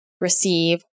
receive